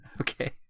Okay